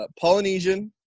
Polynesian